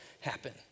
happen